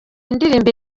indirimbo